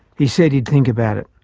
he said he'd think about it.